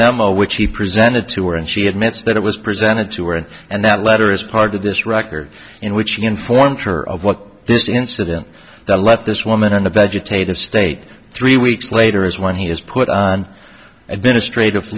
all which he presented to her and she admits that it was presented to her and that letter is part of this record in which she informed her of what this incident that left this woman in a vegetative state three weeks later is when he is put on administrative